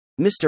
Mr